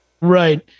right